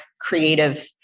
creative